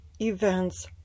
events